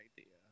idea